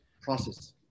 process